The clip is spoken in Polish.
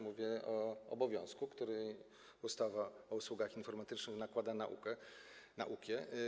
Mówię o obowiązku, który ustawa o usługach informatycznych nakłada na UKIE.